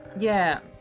yeah.